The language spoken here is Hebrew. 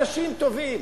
אנשים טובים.